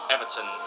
Everton